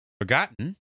forgotten